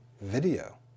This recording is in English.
video